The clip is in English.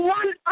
one